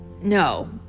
No